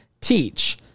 teach